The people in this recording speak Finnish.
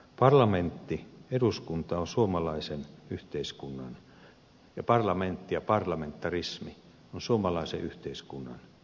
parlamentti eduskunta ja parlamentarismi on suomalaisen yhteiskunnan ydin